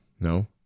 No